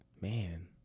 man